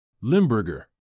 Limburger